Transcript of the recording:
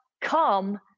come